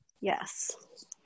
Yes